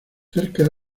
cerca